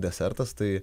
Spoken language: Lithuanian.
desertas tai